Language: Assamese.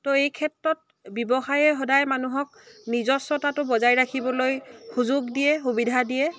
ত' এই ক্ষেত্ৰত ব্যৱসায়ে সদায় মানুহক নিজস্বতাটো বজাই ৰাখিবলৈ সুযোগ দিয়ে সুবিধা দিয়ে